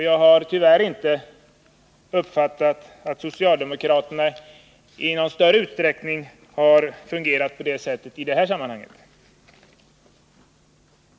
Jag har tyvärr inte uppfattat det så att socialdemokraterna i någon större utsträckning har agerat på det sätt som Grethe Lundblad tydligen vill att de skall göra.